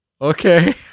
okay